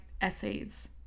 essays